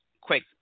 quick